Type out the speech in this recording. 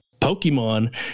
pokemon